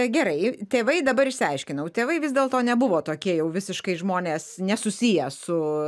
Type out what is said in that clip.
gerai tėvai dabar išsiaiškinau tėvai vis dėlto nebuvo tokie jau visiškai žmonės nesusiję su